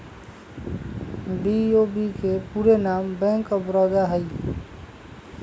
BOB के पूरे नाम बैंक ऑफ बड़ौदा हइ